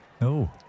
No